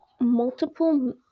multiple